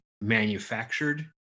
manufactured